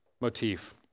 motif